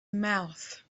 mouth